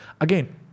Again